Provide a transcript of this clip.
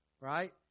Right